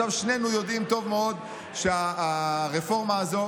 שנינו יודעים טוב מאוד שהרפורמה הזו